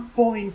2 table 1